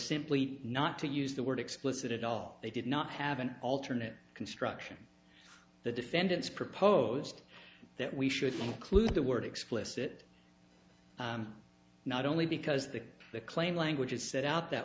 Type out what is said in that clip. simply not to use the word explicit at all they did not have an alternate construction the defendants proposed that we should include the word explicit not only because the the claim language is set out that